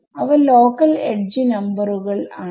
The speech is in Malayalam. അവ ലോക്കൽ എഡ്ജ് നമ്പറുകൾ ആണ്